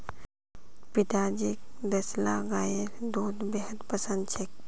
पिताजीक देसला गाइर दूध बेहद पसंद छेक